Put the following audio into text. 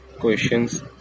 questions